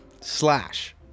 Slash